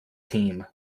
team